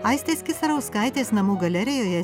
aistės kisarauskaitės namų galerijoje